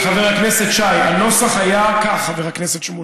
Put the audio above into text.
חבר הכנסת שי, הנוסח היה כך, חבר הכנסת שמולי: